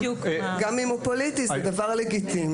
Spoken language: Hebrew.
גם אם הוא פוליטי זה דבר לגיטימי.